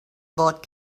bought